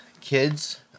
kids